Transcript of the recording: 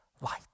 light